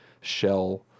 shell